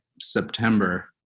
September